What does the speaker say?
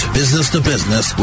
business-to-business